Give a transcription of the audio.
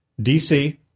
DC